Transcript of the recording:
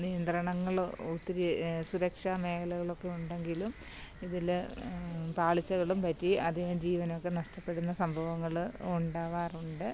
നിയന്ത്രണങ്ങൾ ഒത്തിരി സുരക്ഷാ മേഖലകളൊക്കെ ഉണ്ടെങ്കിലും ഇതിൽ പാളിച്ചകളും പറ്റി അതിൽ ജീവനൊക്കെ നഷ്ടപ്പെടുന്ന സംഭവങ്ങൾ ഉണ്ടാവാറുണ്ട്